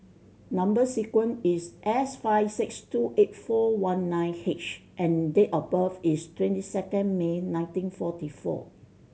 number sequence is S five six two eight four one nine H and date of birth is twenty second May nineteen forty four